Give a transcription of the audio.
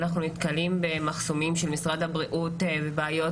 אנחנו נתקלים במחסומים של משרד הבריאות ובעיות